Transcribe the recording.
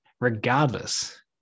regardless